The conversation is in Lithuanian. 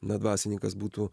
dvasininkas būtų